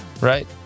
right